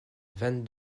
vingt